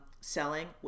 selling